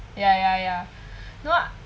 ya ya ya no